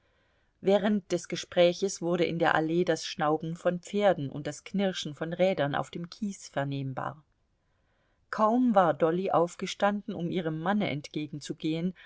während des gespräches wurde in der allee das schnauben von pferden und das knirschen von rädern auf dem kies vernehmbar kaum war dolly aufgestanden um ihrem manne entgegenzugehen